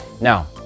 now